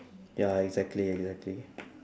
ya exactly exactly